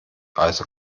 also